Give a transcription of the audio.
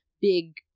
big